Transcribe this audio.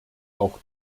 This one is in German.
auch